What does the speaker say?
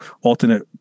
alternate